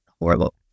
horrible